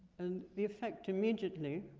and the effect immediately,